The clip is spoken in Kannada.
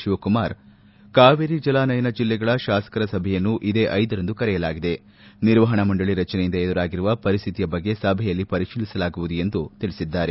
ಶಿವಕುಮಾರ್ ಕಾವೇರಿ ಜಲಾನಯನ ಜಿಲ್ಲೆಗಳ ಶಾಸಕರ ಸಭೆಯನ್ನು ಇದೇ ರಂದು ಕರೆಯಲಾಗಿದೆ ನಿರ್ವಹಣಾ ಮಂಡಳಿ ರಚನೆಯಿಂದ ಎದುರಾಗಿರುವ ಪರಿಸ್ವಿತಿಯ ಬಗ್ಗೆ ಸಭೆಯಲ್ಲಿ ಪರಿಶೀಲಿಸಲಾಗುವುದು ಎಂದು ತಿಳಿಸಿದ್ದಾರೆ